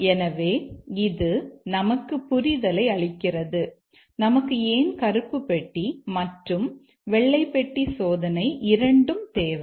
எனவே இது நமக்கு புரிதலை அளிக்கிறது நமக்கு ஏன் கருப்பு பெட்டி மற்றும் வெள்ளை பெட்டி சோதனை இரண்டும் தேவை